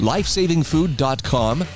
LifesavingFood.com